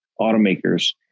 automakers